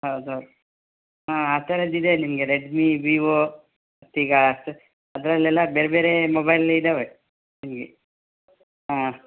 ಹೌದೌದು ಹಾಂ ಆ ಥರದ್ದು ಇದೆ ನಿಮಗೆ ರೆಡ್ಮಿ ವಿವೊ ಈಗ ಅದರಲ್ಲೆಲ್ಲ ಬೇರೆ ಬೇರೆ ಮೊಬೈಲ್ ಇದ್ದಾವೆ ನಿಮಗೆ ಹಾಂ